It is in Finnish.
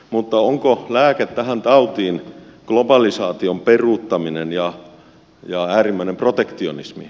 mutta onko lääke tähän tautiin globalisaation peruuttaminen ja äärimmäinen protektionismi